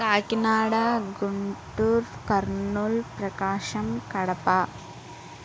Kakinada Guntur Kurnool Prakasam Kadapa